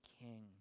king